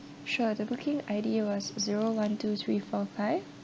sure the booking I_D was zero one two three four five